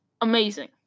amazing